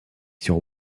sur